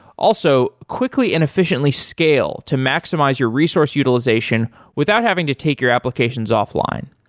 also, quickly and efficiently scale to maximize your resource utilization without having to take your applications off-line.